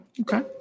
Okay